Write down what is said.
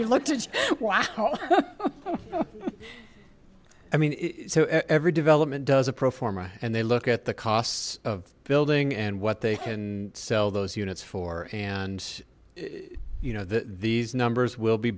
you look to watch i mean every development does a pro forma and they look at the costs of building and what they can sell those units for and you know these numbers will be